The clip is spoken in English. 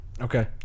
Okay